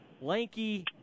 lanky